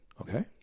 Okay